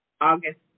August